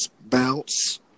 bounce